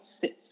sits